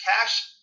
Cash